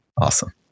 Awesome